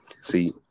See